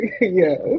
Yes